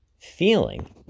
Feeling